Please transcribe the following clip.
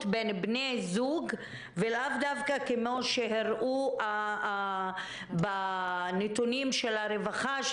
בין בני זוג ולאו דווקא כמו שהראו בנתונים של הרווחה,